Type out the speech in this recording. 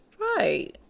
Right